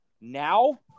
now